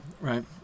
right